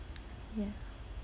ya